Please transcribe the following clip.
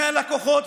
מהלקוחות,